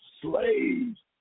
slaves